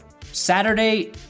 Saturday